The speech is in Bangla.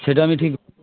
সেটা আমি ঠিক